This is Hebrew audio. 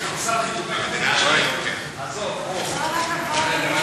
היא תרוויח את ההצבעה בקריאה ראשונה.